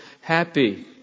happy